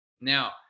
now